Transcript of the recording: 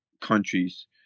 countries